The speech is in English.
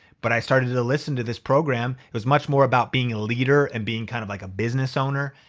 but i started to to listen to this program. it was much more about being a leader and being kinda kind of like a business owner.